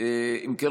אם כן,